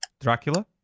Dracula